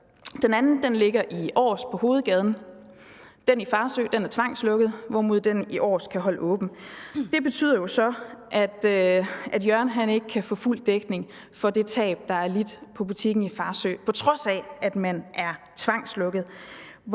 den anden ligger i Aars, på hovedgaden. Den i Farsø er tvangslukket, hvorimod den i Aars kan holde åbent. Det betyder jo så, at Jørgen ikke kan få fuld dækning for det tab, der er lidt på butikken i Farsø, på trods af at man er tvangslukket.